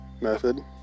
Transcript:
method